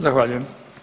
Zahvaljujem.